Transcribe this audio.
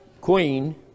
Queen